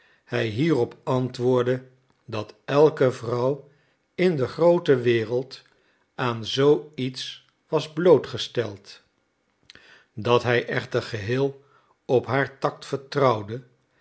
hij hierop antwoordde dat elke vrouw in de groote wereld aan zoo iets was blootgesteld dat hij echter geheel op haar tact vertrouwde